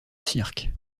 cirque